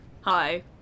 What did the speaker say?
Hi